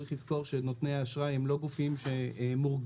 צריך לזכור שנותני האשראי הם לא גופים שמורגלים